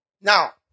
Now